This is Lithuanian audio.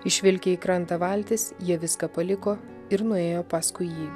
išvilkę į krantą valtis jie viską paliko ir nuėjo paskui jį